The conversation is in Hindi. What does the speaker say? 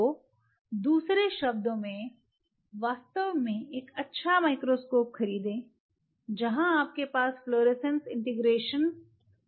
तो दूसरे शब्द में वास्तव में एक अच्छा माइक्रोस्कोप खरीदें जहां आपके पास फ्लोरोसेंट इंटीग्रेशन हो